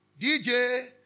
DJ